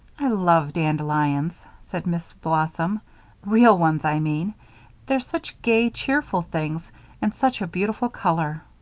i love dandelions, said miss blossom real ones, i mean they're such gay, cheerful things and such a beautiful color.